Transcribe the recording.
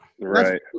Right